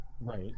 Right